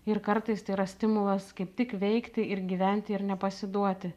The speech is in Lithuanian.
ir kartais tai yra stimulas kaip tik veikti ir gyventi ir nepasiduoti